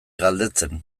galdetzen